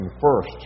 first